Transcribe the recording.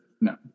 no